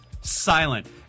silent